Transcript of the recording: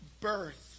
birth